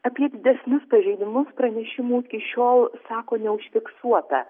apie didesnius pažeidimus pranešimų iki šiol sako neužfiksuota